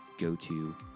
go-to